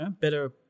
better